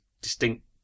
distinct